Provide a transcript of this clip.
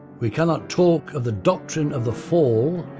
we cannot talk of the doctrine of the fall,